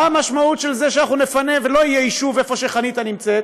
מה המשמעות של זה שאנחנו נפנה ולא יהיה יישוב במקום שבו שחניתה נמצאת?